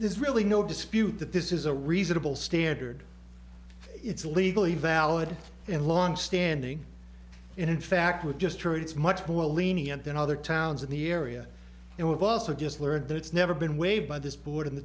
there's really no dispute that this is a reasonable standard it's legally valid and longstanding in fact we just heard it's much more lenient than other towns in the area and we've also just learned that it's never been waived by this board in the